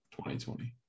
2020